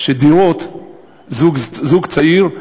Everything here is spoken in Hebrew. שזוג צעיר,